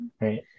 right